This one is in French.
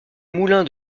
moulin